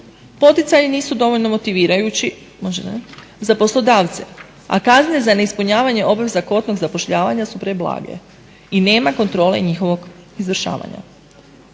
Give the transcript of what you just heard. Poticaji nisu dovoljno motivirajući za poslodavce, a kazne za neispunjavanje obveza kvotom zapošljavanja su preblage i nema kontrole njihovog izvršavanja.